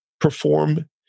perform